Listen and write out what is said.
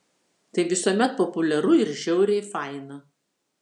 tai visuomet populiaru ir žiauriai faina